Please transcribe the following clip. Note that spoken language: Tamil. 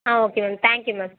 ah okay ma'am thank you ma'am